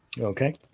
Okay